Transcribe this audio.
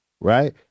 right